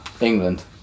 England